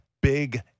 big